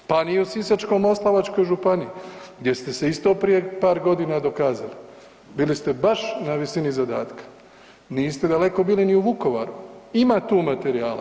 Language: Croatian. Pa ni u Sisačko-moslavačkoj županiji gdje ste se isto prije par godina dokazali, bili ste baš na visini zadatka, niste daleko bili ni u Vukovaru, ima tu materijala.